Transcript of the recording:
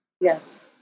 Yes